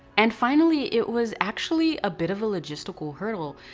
and finally, it was actually a bit of a logistical hurdle.